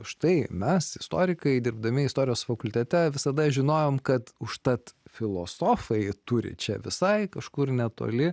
štai mes istorikai dirbdami istorijos fakultete visada žinojom kad užtat filosofai turi čia visai kažkur netoli